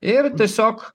ir tiesiog